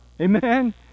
Amen